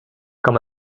quand